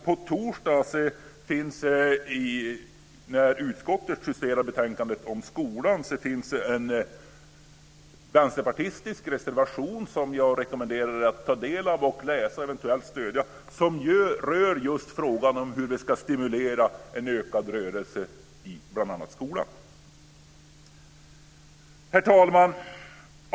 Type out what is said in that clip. På torsdag i samband med att utskottet ska justera betänkandet om skolan finns en vänsterpartistisk reservation som jag rekommenderar er att ta del av. Läs den och eventuellt stöd den. Reservationen rör frågan om hur vi ska stimulera ökad rörelse i bl.a. skolan. Herr talman!